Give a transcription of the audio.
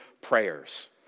prayers